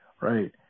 Right